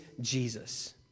Jesus